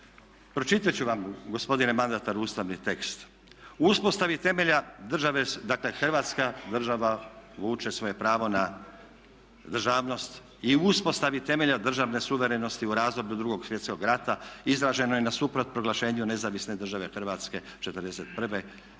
Pročitati ću vam gospodine mandataru ustavni tekst. U uspostavi temelja države, dakle Hrvatska država vuče svoje pravo na državnost i u uspostavi temelja državne suverenosti u razdoblju Drugog svjetskog rata izraženo je nasuprot proglašenju Nezavisne države Hrvatske '41.